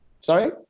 Sorry